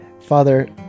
Father